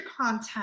content